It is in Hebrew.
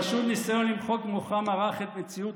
זה פשוט ניסיון למחוק ממוחם הרך את מציאות